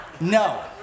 No